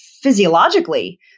physiologically